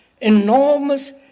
enormous